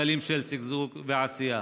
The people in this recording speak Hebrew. גלים של שגשוג ועשייה.